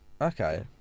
Okay